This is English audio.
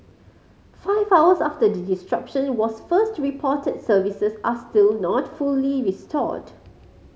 five hours after the disruption was first reported services are still not fully restored